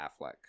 Affleck